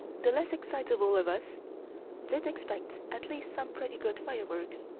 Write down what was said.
the less excitable of us did expect at least some pretty good fireworks.